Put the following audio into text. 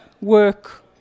work